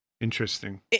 Interesting